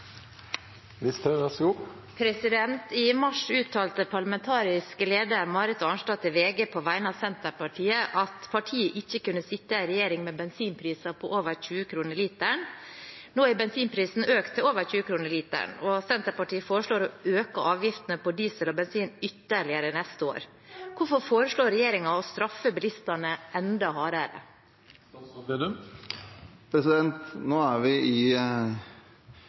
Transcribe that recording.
VG på vegne av Senterpartiet at partiet ikke kunne sitte i en regjering med bensinpriser over 20 kroner literen. Nå har bensinprisen økt til over 20 kroner literen, og Senterpartiet foreslår å øke avgiftene på diesel og bensin ytterligere neste år. Hvorfor foreslår regjeringen å straffe bilistene enda hardere?» Nå er vi i år 2021. Da er det viktig å huske at i